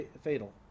fatal